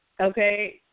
Okay